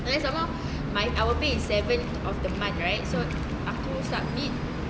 and then some more my our pay is seventh of the month right so aku submit